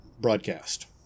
broadcast